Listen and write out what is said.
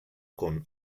con